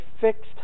fixed